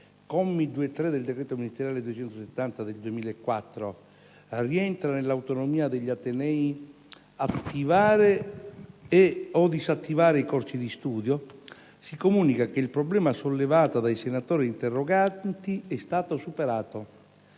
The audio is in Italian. commi 2 e 3 del decreto ministeriale n. 270 del 2004, rientra nell'autonomia degli atenei attivare e/o disattivare i corsi di studio, si comunica che il problema sollevato dai senatori interroganti è stato superato.